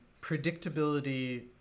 predictability